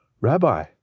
Rabbi